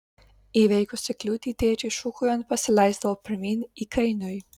įveikusi kliūtį tėčiui šūkaujant pasileisdavo pirmyn įkainiui